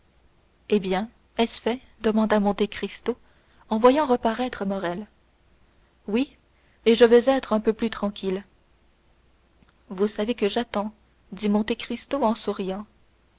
eh bien est-ce fait demanda monte cristo en voyant reparaître morrel oui et je vais être un peu plus tranquille vous savez que j'attends dit monte cristo souriant